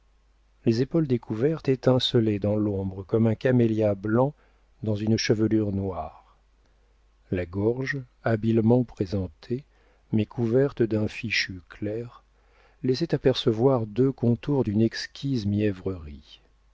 les épaules découvertes étincelaient dans l'ombre comme un camélia blanc dans une chevelure noire la gorge habilement présentée mais couverte d'un fichu clair laissait apercevoir deux contours d'une exquise mièvrerie